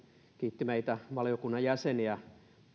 kiitti meitä valiokunnan jäseniä mutta